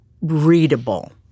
readable